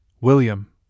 William